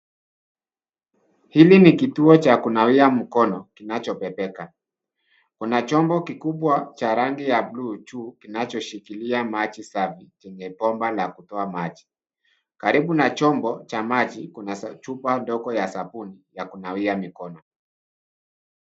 Hili ni kituo cha kunawia mkono kinachobebeka. Kuna chombo kikubwa cha rangi ya blue juu kinachoshikilia maji safi chenye bomba la kutoa maji. Karibu na chombo cha maji kuna chupa ndogo ya sabuni ya kunawia mikono.